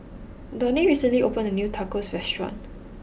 Donnie recently opened a new Tacos restaurant